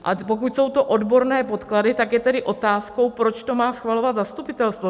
A pokud jsou to odborné podklady, tak je tady otázkou, proč to má schvalovat zastupitelstvo.